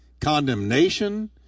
condemnation